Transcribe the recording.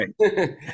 right